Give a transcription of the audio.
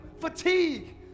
fatigue